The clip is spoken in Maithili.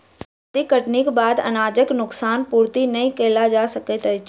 जजाति कटनीक बाद अनाजक नोकसान पूर्ति नै कयल जा सकैत अछि